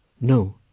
No